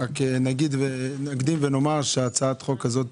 אקדים ואומר שהצעת החוק הזאת